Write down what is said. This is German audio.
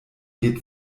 geht